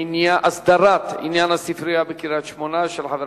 הסדרת עניין הספרייה בקריית-שמונה, הצעה